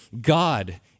God